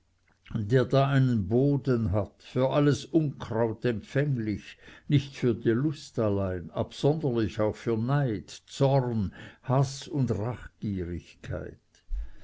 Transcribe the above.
der da einen boden hat für alles unkraut empfänglich nicht für die lust allein absonderlich auch für neid zorn haß und